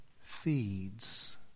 feeds